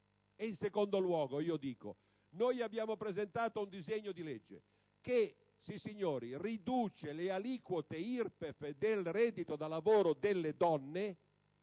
In secondo luogo, noi abbiamo presentato un disegno di legge che - sissignori - riduce le aliquote IRPEF del reddito da lavoro delle donne,